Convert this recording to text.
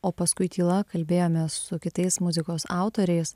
o paskui tyla kalbėjomės su kitais muzikos autoriais